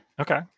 Okay